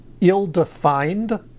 ill-defined